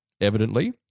evidently